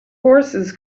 horses